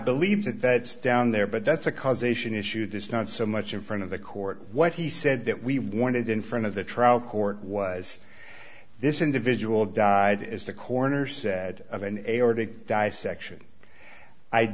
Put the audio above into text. believe that that's down there but that's a causation issue this not so much in front of the court what he said that we wanted in front of the trial court was this individual died as the coroner said of an aortic dissection i